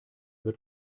wird